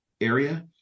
area